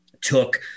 took